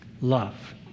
love